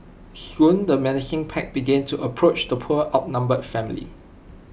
soon the menacing pack began to approach the poor outnumbered family